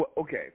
Okay